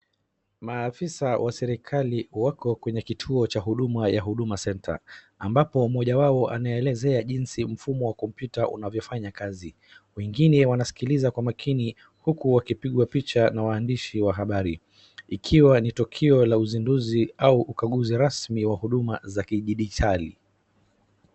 Maafisa wa serikali wako kwenye kituo cha huduma ya huduma centre ambapo mmoja wao anaelezea jinsi mfumo wa kopmyuta unavyofanya kazi. Wengine wanasikiliza kwa makini huku wakipigwa picha na waandishi wa habari. Ikiwa ni tukio la usinduzi au ukaguzi rasmi wa huduma za serikali.